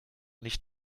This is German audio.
nicht